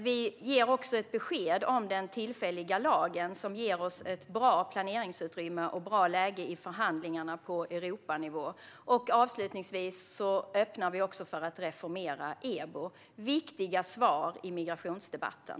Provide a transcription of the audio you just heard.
Vi ger även ett besked om den tillfälliga lag som ger oss ett bra planeringsutrymme och bra läge i förhandlingarna på Europanivå. Avslutningsvis öppnar vi också för att reformera EBO. Detta är viktiga svar i migrationsdebatten.